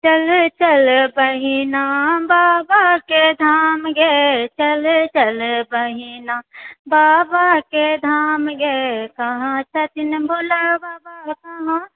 चलऽ चलऽ बहिना बाबाके धाम ये चलऽ चलऽ बहिना बाबाके धाम ये कहाँ छथिन भोला बाबा कहाँ